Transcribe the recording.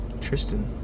Tristan